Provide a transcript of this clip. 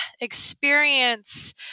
experience